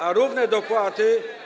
A równe dopłaty.